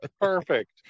Perfect